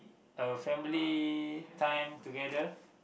a family time together